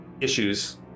issues